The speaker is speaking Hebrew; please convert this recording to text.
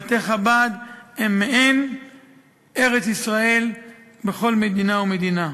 בתי-חב"ד הם מעין ארץ-ישראל בכל מדינה ומדינה.